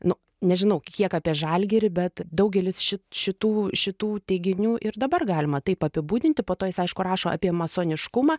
nu nežinau kiek apie žalgirį bet daugelis ši šitų šitų teiginių ir dabar galima taip apibūdinti po to jis aišku rašo apie masoniškumą